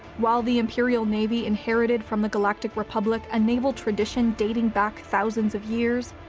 while the imperial navy inherited from the galactic republic a naval tradition dating back thousands of years,